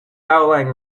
outlying